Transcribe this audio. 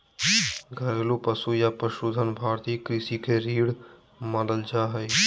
घरेलू पशु या पशुधन भारतीय कृषि के रीढ़ मानल जा हय